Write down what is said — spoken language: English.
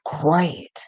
great